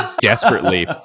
desperately